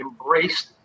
embraced